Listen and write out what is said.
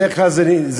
בדרך כלל זה בנוער,